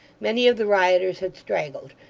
many of the rioters had straggled,